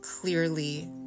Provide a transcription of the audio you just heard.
clearly